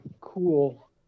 cool